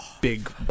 Big